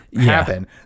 happen